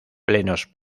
plenos